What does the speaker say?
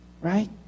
right